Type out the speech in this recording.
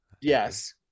Yes